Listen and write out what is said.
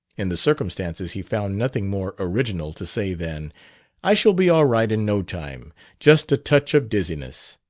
in the circumstances he found nothing more original to say than i shall be all right in no time just a touch of dizziness.